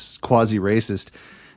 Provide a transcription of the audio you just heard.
quasi-racist